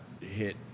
hit